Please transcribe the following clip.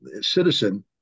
citizen